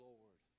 Lord